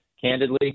Candidly